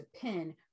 pin